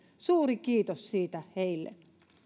suuri kiitos siitä heille